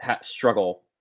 struggle